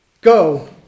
go